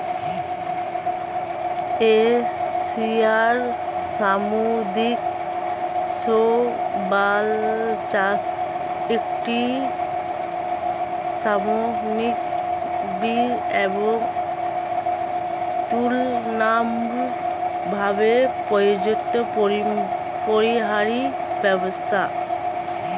এশিয়ার সামুদ্রিক শৈবাল চাষ একটি শ্রমনিবিড় এবং তুলনামূলকভাবে প্রযুক্তিপরিহারী ব্যবসা